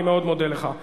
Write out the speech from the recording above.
אני מאוד מודה לך.